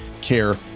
care